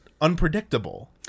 unpredictable